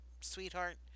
sweetheart